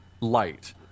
Light